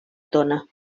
tona